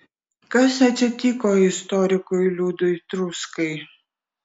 kas atsitiko istorikui liudui truskai